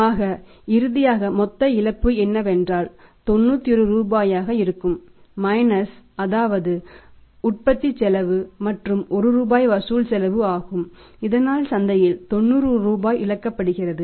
ஆக இறுதியாக மொத்த இழப்பு என்னவென்றால் 91 ரூபாயாக இருக்கும் மைனஸ் அதாவது 90 உற்பத்தி செலவு மற்றும் 1 ரூபாய் வசூல் செலவு ஆகும் இதனால் சந்தையில் 90 ரூபாய் இழக்கப்படுகிறது